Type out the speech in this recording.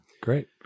Great